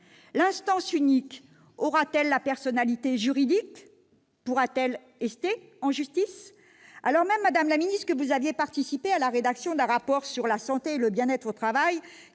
L'instance unique aura-t-elle la personnalité juridique ? Pourra-t-elle ester en justice ? Madame la ministre, vous aviez pourtant participé à la rédaction d'un rapport sur la santé et le bien-être au travail,